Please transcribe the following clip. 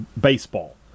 baseball